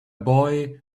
boy